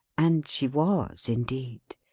and she was indeed.